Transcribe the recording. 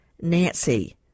nancy